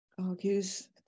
argues